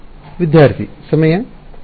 n3 ಸರಿ